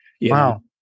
Wow